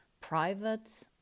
private